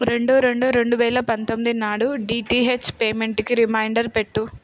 రెండు రెండు రెండు వేల పంతొమ్మిది నాడు డిటిహెచ్ పేమెంటుకి రిమైండర్ పెట్టు